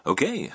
Okay